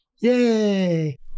Yay